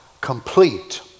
complete